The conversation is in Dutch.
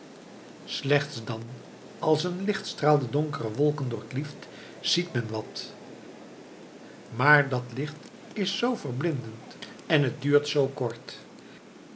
slechts dan als een lichtstraal de donkere wolken doorklieft ziet men wat maar dat licht is zoo verblindend en het duurt zoo kort